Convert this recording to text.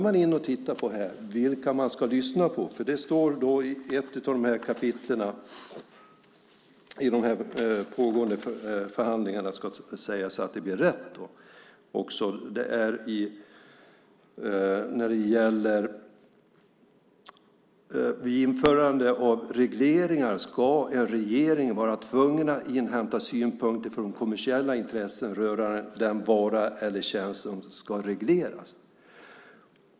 Man kan titta på vilka man ska lyssna på, för det står i ett av de här kapitlen i de pågående förhandlingarna - det ska sägas, så att det blir rätt. Vid införande av regleringar ska en regering vara tvungen att inhämta synpunkter från kommersiella intressen rörande den vara eller tjänst som ska regleras.